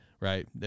right